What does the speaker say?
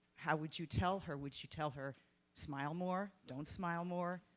how would you tell her would you tell her smile more, don't smile more,